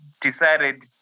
decided